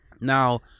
Now